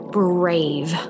brave